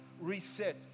Reset